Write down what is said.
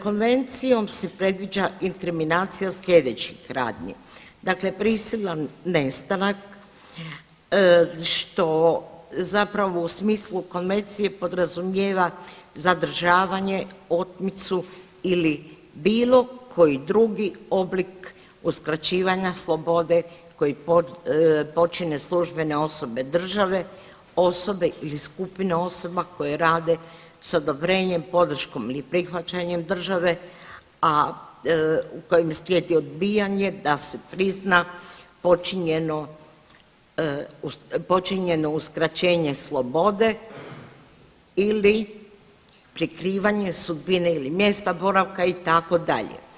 Konvencijom se predviđa inkriminacija sljedećih radnji, dakle prisilan nestanak što zapravo u smislu Konvencije podrazumijeva zadržavanje, otmicu ili bilo koji drugi oblik uskraćivanja slobode koji počine službene osobe države, osobe ili skupine osoba koje rade s odobrenjem, podrškom ili prihvaćanjem države, a kojim slijedi odbijanje da se prizna počinjeno uskraćenje slobode ili prikrivanje sudbine ili mjesta boravka itd.